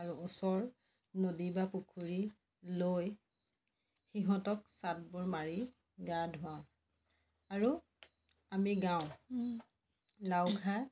আৰু ওচৰ নদী বা পুখুৰী লৈ সিহঁতক চাটবোৰ মাৰি গা ধুৱাওঁ আৰু আমি গাওঁ লাও খা